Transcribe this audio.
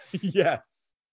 Yes